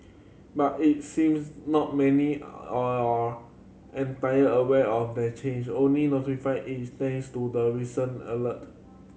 but it seems not many are entire aware of the change only notifying it thanks to the recent alert